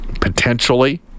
potentially